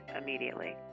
immediately